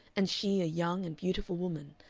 and she a young and beautiful woman,